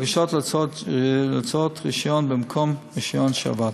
בקשות להוצאת רישיון במקום רישיון שאבד.